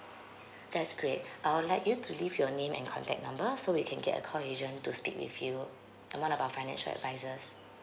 that's great I would like you to leave your name and contact number so we can get a call agent to speak with you uh one of our financial advisors